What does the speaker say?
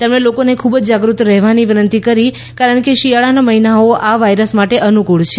તેમણે લોકોને ખૂબ જ જાગૃત રહેવાની વિનંતી કરી કારણ કે શિયાળાના મહિનાઓ આ વાયરસ માટે અનુફ્રળ છે